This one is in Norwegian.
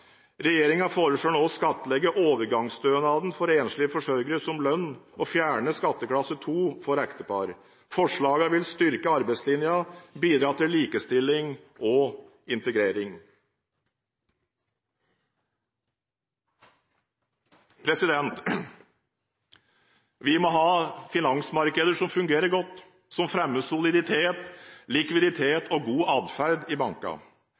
foreslår nå å skattlegge overgangsstønaden for enslige forsørgere som lønn og fjerne skatteklasse 2 for ektepar. Forslagene vil styrke arbeidslinja og bidra til likestilling og integrering. Vi må ha finansmarkeder som fungerer godt, som fremmer soliditet, likviditet og god atferd i bankene.